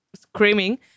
screaming